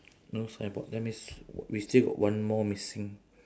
no signboard that means we still got one more missing